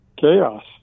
chaos